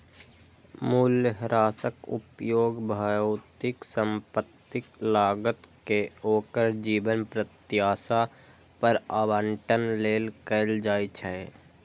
मूल्यह्रासक उपयोग भौतिक संपत्तिक लागत कें ओकर जीवन प्रत्याशा पर आवंटन लेल कैल जाइ छै